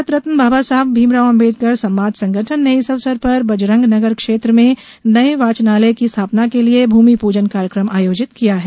भारतरत्न बाबा साहब भीमराव आंबेडकर समाज संगठन ने इस अवसर पर बजरंग नगर क्षेत्र में नए वाचनालय की स्थापना के लिए भूमिपूजन कार्यक्रम आयोजित किया है